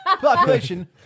Population